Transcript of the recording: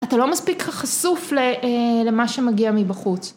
אתה לא מספיק חשוף למה שמגיע מבחוץ.